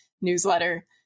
newsletter